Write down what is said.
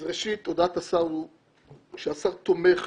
ראשית, הודעת השר היא שהשר תומך